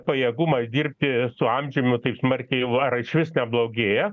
pajėgumas dirbti su amžiumi taip smarkiai jau ar išvis neblogėja